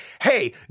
hey